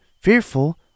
fearful